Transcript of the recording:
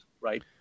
right